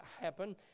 happen